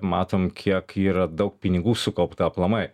matom kiek yra daug pinigų sukaupta aplamai